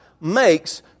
makes